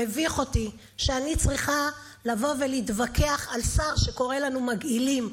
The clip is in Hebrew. מביך אותי שאני צריכה לבוא ולהתווכח עם שר שקורא לנו מגעילים.